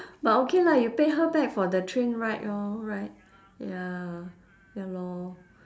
but okay lah you pay her back for the train ride orh right ya ya lor